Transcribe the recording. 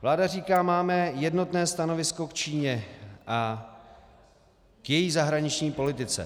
Vláda říká: Máme jednotné stanovisko k Číně a k její zahraniční politice.